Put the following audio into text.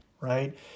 right